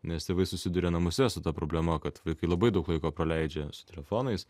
nes tėvai susiduria namuose su ta problema kad vaikai labai daug laiko praleidžia su telefonais